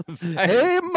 hey